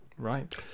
right